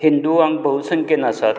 हिंदू आमी भोवसंख्येन आसात